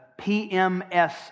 PMS